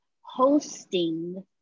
hosting